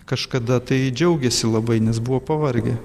kažkada tai džiaugėsi labai nes buvo pavargę